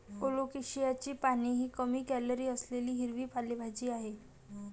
कोलोकेशियाची पाने ही कमी कॅलरी असलेली हिरवी पालेभाजी आहे